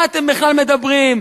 מה אתם בכלל מדברים?